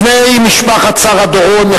בני משפחת שרה דורון,